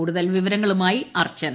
കൂടുതൽ വിവരങ്ങളുമായി അർച്ചന